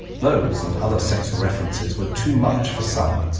those, and other sexual references, were too much for some.